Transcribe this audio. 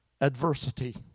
adversity